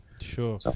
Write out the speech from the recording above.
Sure